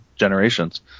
Generations